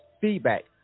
feedback